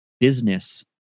business